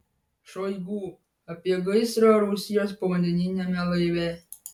šoigu apie gaisrą rusijos povandeniniame laive